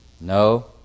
No